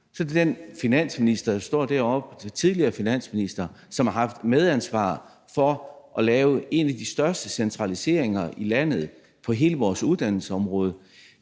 så er det den tidligere finansminister, som står deroppe, og som har haft medansvar for at lave en af de største centraliseringer i landet på hele vores uddannelsesområde.